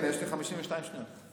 יש לי 52 שניות.